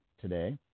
today